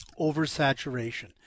oversaturation